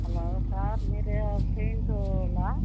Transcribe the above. hello sir మీరు paint వాళ్ళా